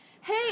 Hey